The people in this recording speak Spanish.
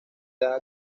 dada